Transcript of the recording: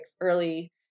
early